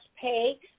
pay